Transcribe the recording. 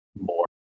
more